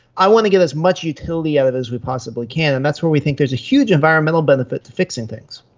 i want to get as much utility out of it as we possibly can. and that's where we think there's a huge environmental benefit to fixing things.